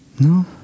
No